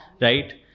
right